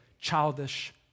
childish